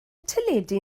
teledu